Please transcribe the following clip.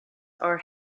are